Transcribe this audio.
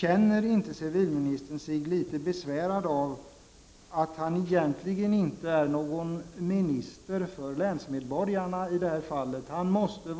Känner sig inte civilministern litet besvärad av att han egentligen inte är en minister för länsmedborgarna i detta fall? Såvitt jag